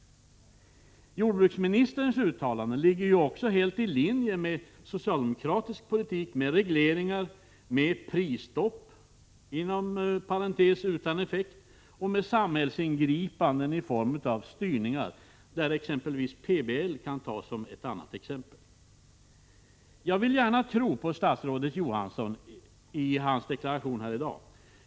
Jordbruksministerns uttalande ligger helt i linje med socialdemokratisk med samhällsingripanden i form av styrningar, där PBL kan tas som ett annat exempel. Jag vill gärna tro på statsrådets Johanssons deklaration här i dag.